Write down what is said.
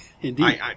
Indeed